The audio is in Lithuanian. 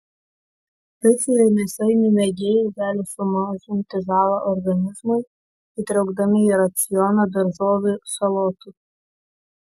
picų ir mėsainių mėgėjai gali sumažinti žalą organizmui įtraukdami į racioną daržovių salotų